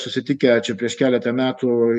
susitikę čia prieš keletą metų